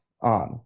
on